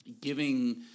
giving